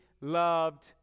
loved